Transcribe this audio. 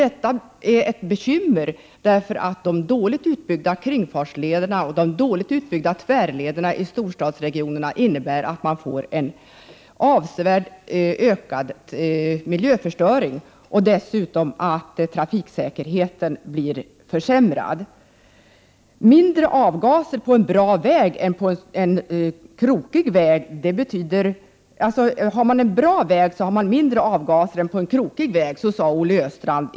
Detta är ett bekymmer eftersom de dåligt utbyggda kringfartslederna och de dåligt utbyggda tvärlederna i storstadsregionerna innebär att man får en avsevärt ökad miljöförstöring och dessutom att trafiksäkerheten blir försämrad. På en bra väg blir avgaserna mindre än på en krokig väg, sade Olle Östrand.